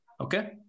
Okay